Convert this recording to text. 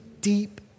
deep